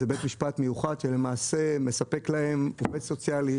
זה בית משפט מיוחד שמספק להם עובד סוציאלי,